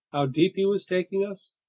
how deep he was taking us?